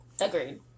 Agreed